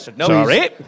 Sorry